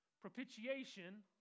propitiation